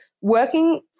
working